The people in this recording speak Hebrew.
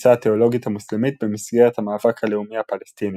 התפיסה התאולוגית המוסלמית במסגרת המאבק הלאומי הפלסטיני.